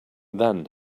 then